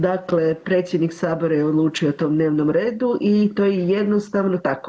Dakle, predsjednik Sabora je odlučio o tom dnevnom redu i to je jednostavno tako.